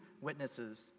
witnesses